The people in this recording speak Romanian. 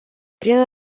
prin